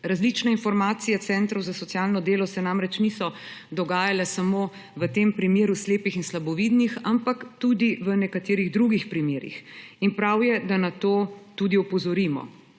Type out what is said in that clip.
Različne informacije centrov za socialno delo se namreč niso dogajale samo v tem primeru slepih in slabovidnih, ampak tudi v nekaterih drugih primerih in prav je, da na to opozorimo,